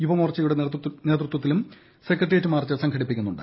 യുവമോർച്ചയുടെ നേതൃത്വത്തിലും secretariat march സ്ലൂംഘടിപ്പിക്കുന്നുണ്ട്